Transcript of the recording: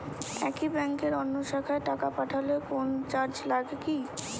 একই ব্যাংকের অন্য শাখায় টাকা পাঠালে কোন চার্জ লাগে কি?